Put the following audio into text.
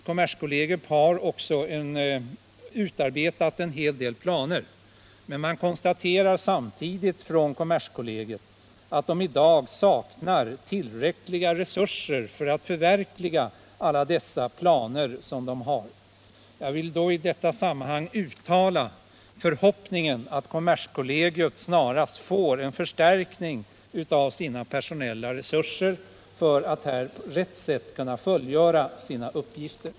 Kommerskollegium har också utarbetat en hel del planer, men man konstaterar samtidigt att man i dag saknar resurser för att förverkliga alla dessa planer. Jag vill mot denna bakgrund uttala förhoppningen att kommerskollegium snarast får en förstärkning av de personella resurserna för att på rätt sätt kunna fullgöra sina uppgifter.